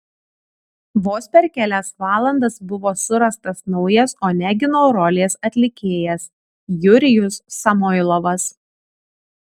vos per kelias valandas buvo surastas naujas onegino rolės atlikėjas jurijus samoilovas